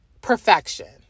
perfection